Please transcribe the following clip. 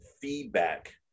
feedback